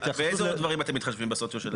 באילו עוד דברים אתם מתחשבים בסוציו של הישוב.